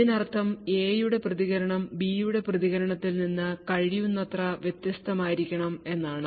ഇതിനർത്ഥം എ യുടെ പ്രതികരണം ബി യുടെ പ്രതികരണത്തിൽ നിന്ന് കഴിയുന്നത്ര വ്യത്യസ്തമായിരിക്കണം എന്നാണ്